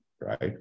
right